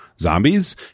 zombies